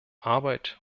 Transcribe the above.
arbeit